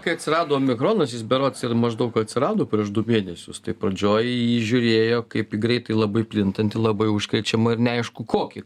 kai atsirado omikronas jis berods ir maždaug atsirado prieš du mėnesius tai pradžioj į jį žiūrėjo kaip greitai labai plintantį labai užkrečiamą ir neaišku kokį